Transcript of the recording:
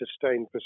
sustained